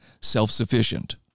self-sufficient